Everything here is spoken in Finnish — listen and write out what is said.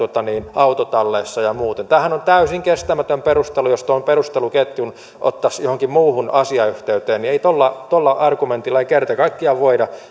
autotalleissa ja muuten tämähän on täysin kestämätön perustelu jos tuon perusteluketjun ottaisi johonkin muuhun asiayhteyteen ei tuolla tuolla argumentilla kerta kaikkiaan voida